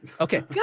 Okay